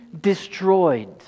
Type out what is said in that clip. destroyed